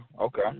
Okay